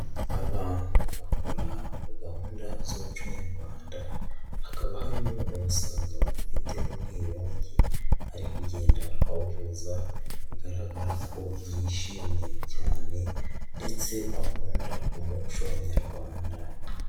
Abantu bakora muri gahunda z'umuco nyarwanda, hakaba harimo umusaza ufite umwirongi ari kugenda awuvuza bigaragara ko yishimye cyane ndetse akunda umuco nyarwanda.